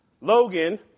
Logan